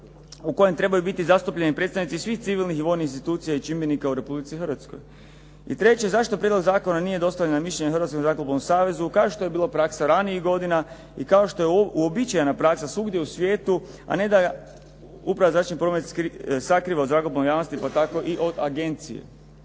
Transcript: u kojem trebaju biti zastupnici svih civilnih i vojnih institucija i čimbenika u Republici Hrvatskoj? I treće. Zašto prijedlog zakona nije dostavljen na mišljenje Hrvatskom zrakoplovnom savezu kao što je bilo praksa ranijih godina i kao što je uobičajena praksa svugdje u svijetu, a ne da Uprava zračni promet sakriva od zrakoplovne javnosti, pa tako i od agencije.